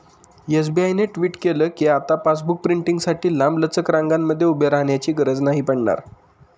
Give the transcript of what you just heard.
SBI ने tweet केल कीआता पासबुक प्रिंटींगसाठी लांबलचक रंगांमध्ये उभे राहण्याची गरज नाही पडणार